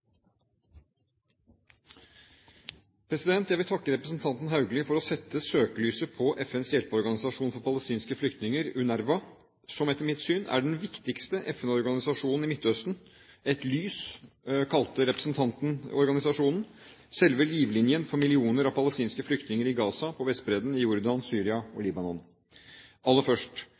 liv. Jeg vil takke representanten Haugli for å sette søkelyset på FNs hjelpeorganisasjon for palestinske flyktninger, UNRWA, som etter mitt syn er den viktigste FN-organisasjonen i Midtøsten – «et lyspunkt», kalte representanten organisasjonen – selve livlinen for millioner av palestinske flyktninger i Gaza, på Vestbredden, i Jordan, Syria og Libanon. Aller først